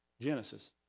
Genesis